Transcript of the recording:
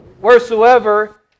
wheresoever